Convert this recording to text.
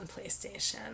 PlayStation